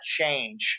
change